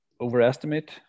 overestimate